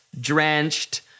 drenched